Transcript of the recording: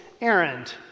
errand